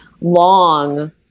long